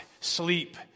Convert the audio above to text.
sleep